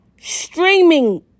streaming